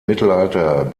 mittelalter